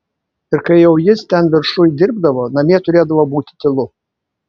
ir kai jau jis ten viršuj dirbdavo namie turėdavo būti tylu